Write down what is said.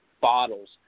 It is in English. bottles